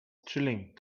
chilling